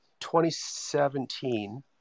2017